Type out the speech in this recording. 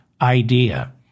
idea